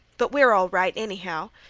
but we're all right, anyhow,